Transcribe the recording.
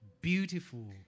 beautiful